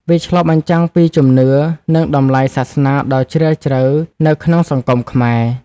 វាឆ្លុះបញ្ចាំងពីជំនឿ និងតម្លៃសាសនាដ៏ជ្រាលជ្រៅនៅក្នុងសង្គមខ្មែរ។